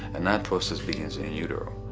and that process begins in utero.